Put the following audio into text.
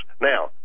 now